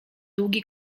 długi